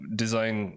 design